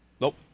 Nope